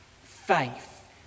faith